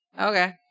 Okay